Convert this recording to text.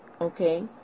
okay